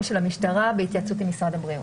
של המשטרה בהתייעצות עם משרד הבריאות.